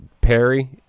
Perry